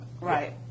Right